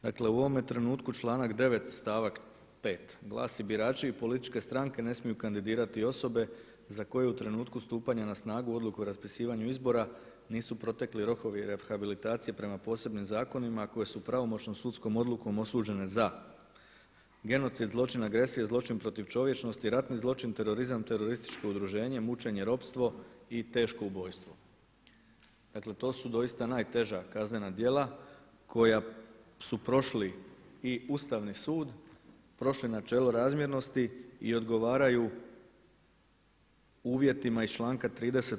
Dakle u ovome trenutku članak 9. stavak 5. glasi „Birači i političke stranke ne smiju kandidirati osobe za koje u trenutku stupanja na snagu odluku o raspisivanju izbora nisu protekli rokovi rehabilitacije prema posebnim zakonima, a koji su pravomoćnom sudskom odlukom osuđene za genocid, zločin, agresije, zločin protiv čovječnosti, ratni zločin, terorizam, terorističko udruženje, mučenje, ropstvo i teško ubojstvo.„ Dakle to su doista najteža kaznena djela koja su prošli i Ustavni sud, prošli načelo razmjernosti i odgovaraju uvjetima iz članka 30.